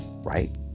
right